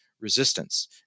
resistance